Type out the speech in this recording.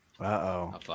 Uh-oh